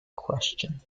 question